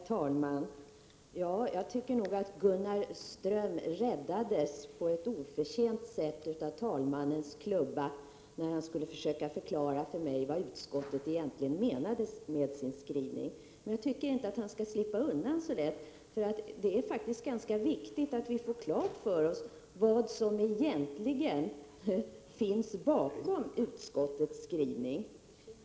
Herr talman! När Gunnar Ström skulle försöka förklara vad utskottet egentligen menade med sina skrivningar, räddades han på ett oförtjänt sätt av att talmannen måste klubba eftersom taletiden var slut. Men jag tycker inte att han skall slippa undan så lätt, för det är ganska viktigt att vi får klart för oss vad som egentligen finns bakom utskottets skrivningar.